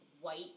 white